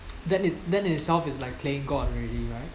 then it then itself is like playing god already right